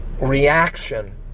reaction